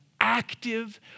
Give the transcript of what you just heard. active